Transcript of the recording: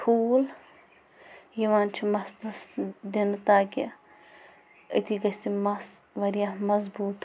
ٹھوٗل یِوان چھِ مَستَس دِنہٕ تاکہِ أتی گَژھِ مَس واریاہ مضبوٗط